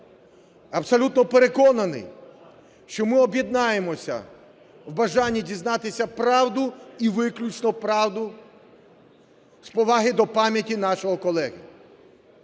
Абсолютно переконаний, що ми об'єднаємося у бажанні дізнатися правду і виключно правду з поваги до пам'яті нашого колеги.